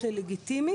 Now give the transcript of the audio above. צוותי משבר, בדיוק.